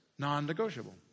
non-negotiable